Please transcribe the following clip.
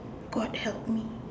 God help me